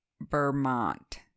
Vermont